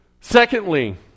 Secondly